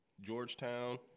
Georgetown